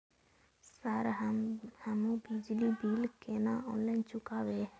Sir हमू बिजली bill केना ऑनलाईन चुकेबे?